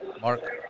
Mark